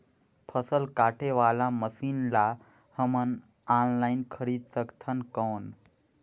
फसल काटे वाला मशीन ला हमन ऑनलाइन खरीद सकथन कौन?